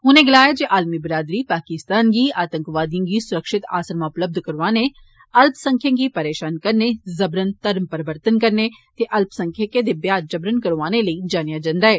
उनें गलाया जे आलमी बरादरी पाकिस्तान गी आतंकवादिएं गी सुरक्षित आसरमें उपलब्ध करौआने अल्पसंख्यकें गी परेषान करने जबरन धर्म परिवर्तन करने ते अल्पसंख्यकें दे ब्याह जवरन करौआन लेई जानेआ जन्दा ऐ